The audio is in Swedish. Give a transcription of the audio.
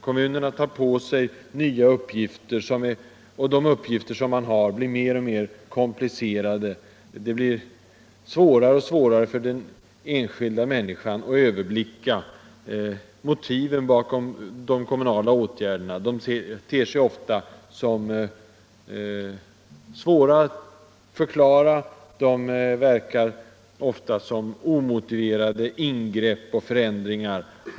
Kommunerna tar på sig nya uppgifter, och uppgifterna har blivit alltmer komplicerade. Det blir svårare och svårare för den enskilda människan att överblicka motiven bakom de kommunala åtgärderna. Dessa ter sig ofta som svåra att förklara och framstår många gånger som omotiverade ingrepp eller förändringar.